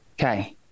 okay